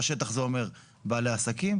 והשטח זה אומר בעלי עסקים.